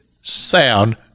sound